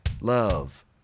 Love